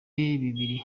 bibiri